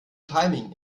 timing